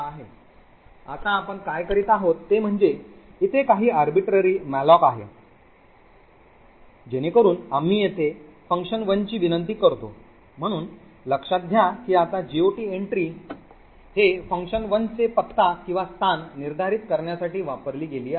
आता आपण काय करीत आहोत ते म्हणजे इथे काही arbitrary malloc आहे जेणेकरून आम्ही येथे fun1 ची विनंती करतो म्हणून लक्षात घ्या की आता GOT entry हे fun1 चे पत्ता किंवा स्थान निर्धारित करण्यासाठी वापरली गेली आहे